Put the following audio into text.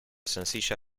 sencilla